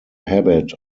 habit